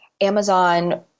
Amazon